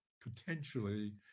potentially